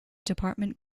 department